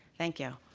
thank you.